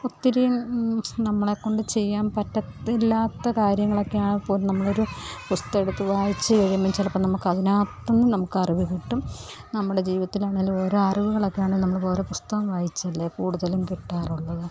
ഒത്തിരിയും നമ്മളെ കൊണ്ട് ചെയ്യാൻ പറ്റത്തില്ലാത്ത കാര്യങ്ങളൊക്കെയാണ് അപ്പോൾ നമ്മൾ ഒരു പുസ്തകമെടുത്ത് വായിച്ചു കഴിയുമ്പം ചിലപ്പം നമ്മൾക്ക് അതിനകത്ത് നിന്ന് നമുക്ക് അറിവ് കിട്ടും നമ്മുടെ ജീവിതത്തിലാണെങ്കിലും ഓരോ അറിവുകളൊക്കെയാണ് നമ്മൾ വേറെ പുസ്തകം വായിച്ചല്ലേ കൂടുതലും കിട്ടാറുള്ളത്